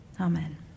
Amen